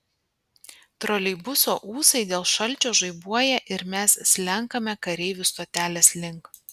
troleibuso ūsai dėl šalčio žaibuoja ir mes slenkame kareivių stotelės link